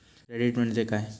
Credit म्हणजे काय?